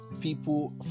people